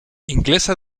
inglesa